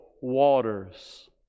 waters